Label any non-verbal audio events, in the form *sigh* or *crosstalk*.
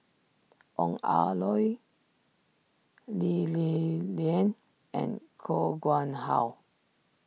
Ong Ah *unintelligible* Lee Li Lian and Koh Nguang How